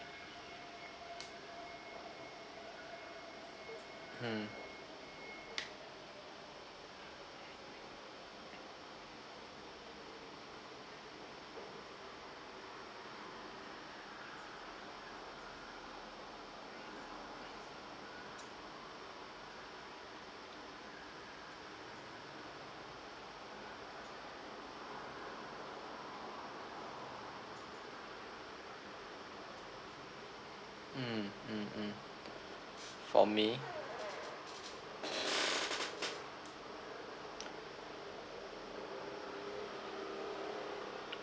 hmm mm mm mm for me